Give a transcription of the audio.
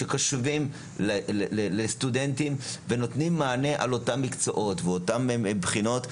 קשובים לסטודנטים ונותנים מענה לאותם מקצועות ואותם בחינות,